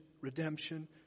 redemption